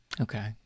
okay